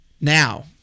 Now